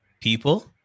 people